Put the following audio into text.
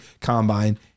combine